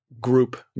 group